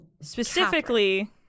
Specifically